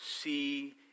see